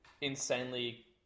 insanely